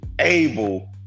able